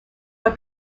but